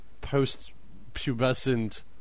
post-pubescent